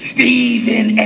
Stephen